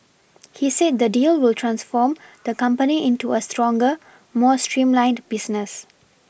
he said the deal will transform the company into a stronger more streamlined business